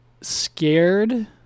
scared